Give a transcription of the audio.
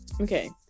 okay